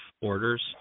orders